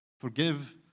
Forgive